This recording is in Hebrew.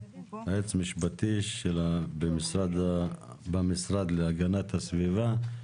יועץ משפטי במשרד להגנת הסביבה.